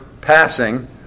passing